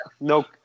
nope